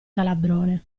calabrone